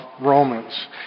Romans